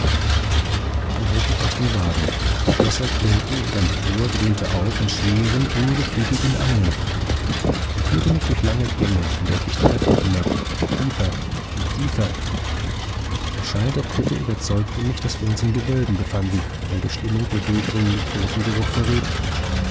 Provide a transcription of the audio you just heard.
man hob mich aus dem wagen schlösser klirrten und ein tor dröhnte auf in schweren ungefügigen angeln man führte mich durch lange gänge und endlich treppen hinab tiefer und tiefer der schall der tritte überzeugte mich daß wir uns in gewölben befanden deren bestimmung der durchdringende totengeruch verriet